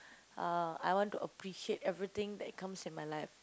uh I want to appreciate everything that comes in my life